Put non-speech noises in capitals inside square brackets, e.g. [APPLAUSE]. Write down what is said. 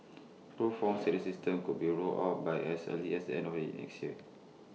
Prof Wong said the system could be rolled out by as early as end [UNINTELLIGIBLE] next year